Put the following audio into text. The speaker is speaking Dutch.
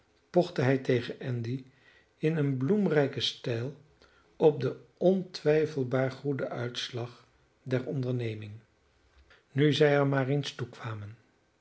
pochte hij tegen andy in een bloemrijken stijl op den ontwijfelbaar goeden uitslag der onderneming nu zij er maar eens toe